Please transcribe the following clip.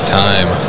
time